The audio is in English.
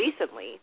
recently